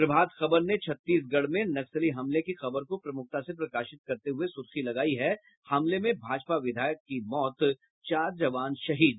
प्रभात खबर ने छत्तीसगढ़ में नक्सली हमले की खबर को प्रमुखता से प्रकाशित करते हये सूर्खी लगायाी है हमले में भाजपा विधायक की मौत चार जवान शहीद